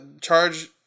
charge